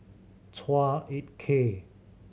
Chua Ek Kay